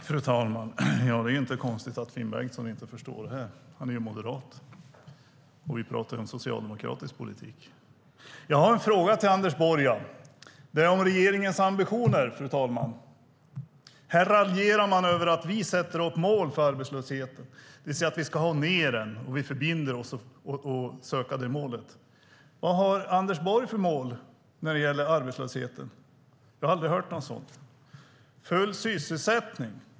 Fru talman! Det är inte konstigt att Finn Bengtsson inte förstår det här. Han är ju moderat! Vi pratar om socialdemokratisk politik. Jag har en fråga till Anders Borg om regeringens ambitioner, fru talman. Här raljerar man över att vi sätter upp mål för arbetslösheten, att vi ska ha ned den och förbinder oss att sträva mot det målet. Vad har Anders Borg för mål när det gäller arbetslösheten? Jag har aldrig hört om något sådant. Full sysselsättning?